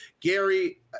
Gary